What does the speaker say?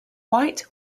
white